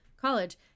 college